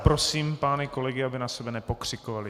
Prosím pány kolegy, aby na sebe nepokřikovali.